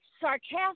sarcastic